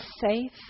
safe